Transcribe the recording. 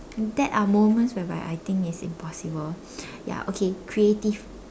that are moments whereby I think is impossible ya okay creative